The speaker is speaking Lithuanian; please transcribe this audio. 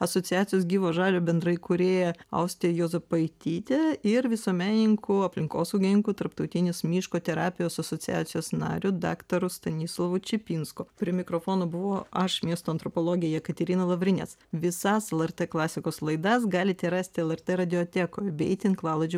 asociacijos gyvo žalio bendraįkūrėja auste juozapaityte ir visuomenininku aplinkosaugininku tarptautinės miško terapijos asociacijos nariu daktaru stanislovu čepinsku prie mikrofono buvau aš miesto antropologė jekaterina lavrinec visas lrt klasikos laidas galite rasti lrt radiotekoj bei tinklalaidžių